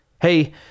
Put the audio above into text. hey